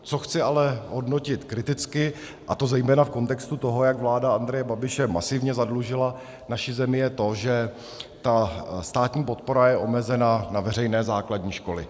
Co chci ale hodnotit kriticky, a to zejména v kontextu toho, jak vláda Andreje Babiše masivně zadlužila naši zemi, je to, že ta státní podpora je omezena na veřejné základní školy.